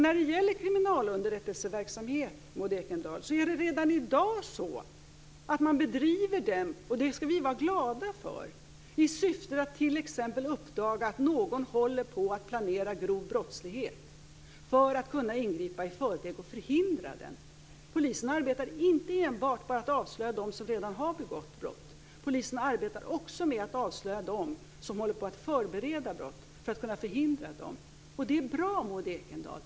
När det gäller kriminalunderrättelseverksamhet, Maud Ekendahl, bedriver man redan i dag sådan - och det skall vi vara glada för - i syfte att t.ex. uppdaga att någon håller på att planera grov brottslighet för att kunna ingripa i förväg och förhindra den. Polisen arbetar inte enbart med att avslöja dem som redan har begått brott, utan polisen arbetar också med att avslöja dem som håller på att förbereda brott för att kunna förhindra dessa. Och det är bra, Maud Ekendahl.